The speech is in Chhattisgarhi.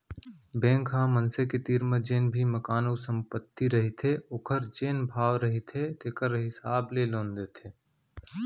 बेंक ह मनसे के तीर म जेन भी मकान अउ संपत्ति रहिथे ओखर जेन भाव रहिथे तेखर हिसाब ले लोन देथे